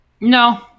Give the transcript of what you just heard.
No